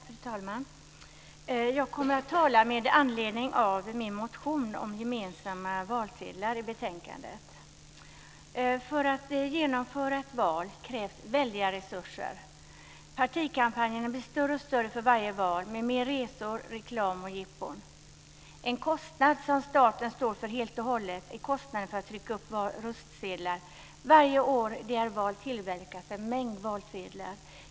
Fru talman! Jag kommer att tala med anledning av min motion i betänkandet om gemensamma valsedlar. För att genomföra ett val krävs det väldiga resurser. Partikampanjerna blir större och större för varje val med mer resor, reklam och jippon. En kostnad som staten står för helt och hållet är kostnaden för att trycka upp röstsedlar. Varje år som det är val tillverkas en mängd valsedlar.